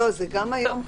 גם היום זה קיים,